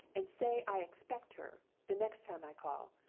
and say i expect her, the next time i call,